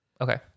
Okay